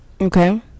Okay